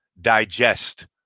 digest